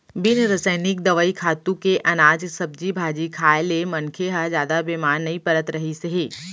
बिन रसइनिक दवई, खातू के अनाज, सब्जी भाजी खाए ले मनखे ह जादा बेमार नइ परत रहिस हे